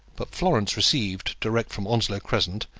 but florence received, direct from onslow crescent,